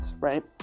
right